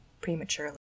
prematurely